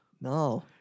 No